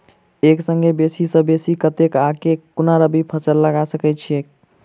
एक संगे बेसी सऽ बेसी कतेक आ केँ कुन रबी फसल लगा सकै छियैक?